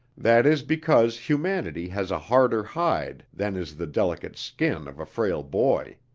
that is because humanity has a harder hide than is the delicate skin of a frail boy.